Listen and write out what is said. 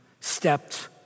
stepped